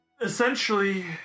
essentially